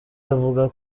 avuga